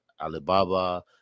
Alibaba